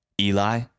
Eli